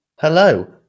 Hello